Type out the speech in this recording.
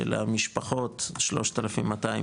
של המשפחות 3,200,